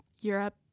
Europe